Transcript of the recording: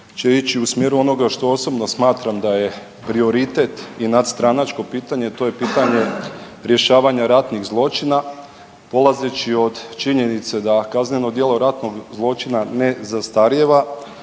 će ići u smjeru onoga što osobno smatram da je prioritet i nadstranačko pitanje, a to je pitanje rješavanja ratnih zločina, polazeći od činjenice da kazneno djelo ratnog zločina ne zastarijeva